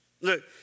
Look